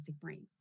brain